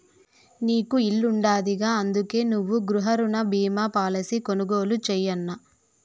నీకు ఇల్లుండాదిగా, అందుకే నువ్వు గృహరుణ బీమా పాలసీ కొనుగోలు చేయన్నా